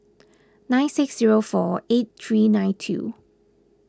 nine six zero four eight three nine two